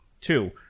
two